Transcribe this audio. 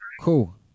Cool